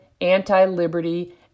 anti-liberty